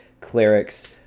clerics